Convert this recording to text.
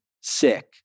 sick